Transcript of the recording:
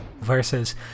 Versus